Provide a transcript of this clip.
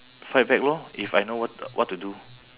fight back lor if I know what what to do